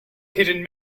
hidden